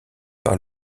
par